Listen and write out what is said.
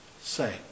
say